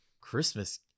christmas